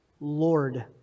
Lord